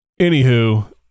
anywho